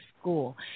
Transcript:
school